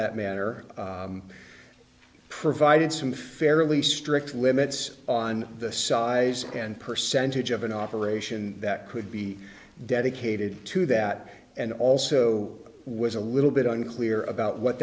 that manner provided some fairly strict limits on the size and percentage of an operation that could be dedicated to that and also was a little bit unclear about what